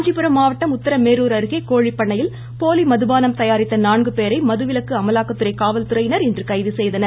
காஞ்சிபுரம் மாவட்டம் உத்தரமேருர் அருகே கோழிப்பண்ணையில் போலி மதுபானம் தயாரித்த நான்கு பேரை மதுவிலக்கு அமலாக்கத்துறை காவல்துறையினர் இன்று கைதுசெய்தனர்